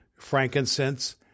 Frankincense